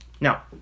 Now